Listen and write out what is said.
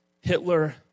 Hitler